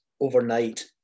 overnight